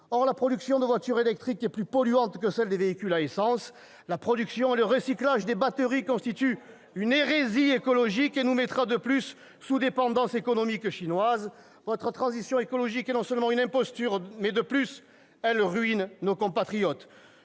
Or la production de voitures électriques est plus polluante que celle de véhicules à essence ; la production et le recyclage des batteries constituent une hérésie écologique et nous mettront de plus sous dépendance économique chinoise. Non seulement votre transition écologique est une imposture, mais en plus elle ruine nos compatriotes.